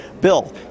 Bill